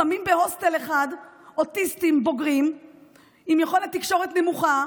שמים בהוסטל אחד אוטיסטים בוגרים עם יכולת תקשורת נמוכה,